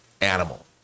animal